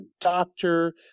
doctor